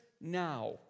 now